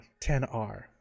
10r